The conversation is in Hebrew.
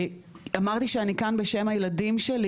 אמרתי שאני כאן בשם הילדים שלי